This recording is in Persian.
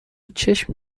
چشم